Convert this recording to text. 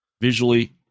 visually